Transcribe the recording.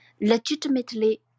legitimately